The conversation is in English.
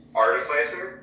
artificer